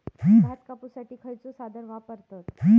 भात कापुसाठी खैयचो साधन वापरतत?